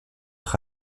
être